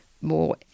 more